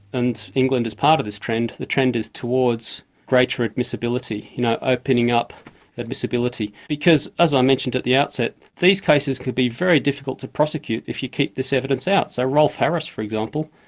and england is part of this trend, the trend is towards greater admissibility. you know, opening up admissibility. because, as i mentioned at the outset, these cases could be very difficult to prosecute if you keep this evidence out. so rolf harris, for example,